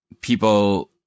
people –